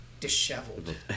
Disheveled